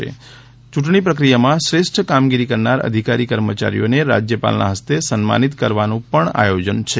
યૂંટણી પ્રક્રિયામાં શ્રેષ્ઠ કામગીરી કરનાર અધિકારી કર્મચારીઓને રાજયપાલના હસ્તે સન્માનિત કરવાનું પણ આયોજન છે